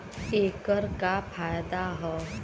ऐकर का फायदा हव?